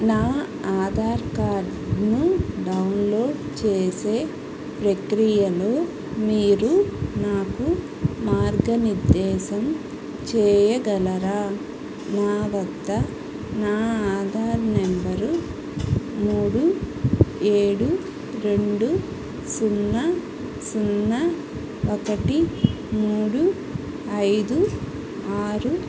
నా ఆధార్ కార్డ్ను డౌన్లోడ్ చేసే ప్రక్రియలో మీరు నాకు మార్గనిర్దేశం చేయగలరా నా వద్ద నా ఆధార్ నెంబరు మూడు ఏడు రెండు సున్నా సున్నా ఒకటి మూడు ఐదు ఆరు